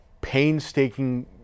painstaking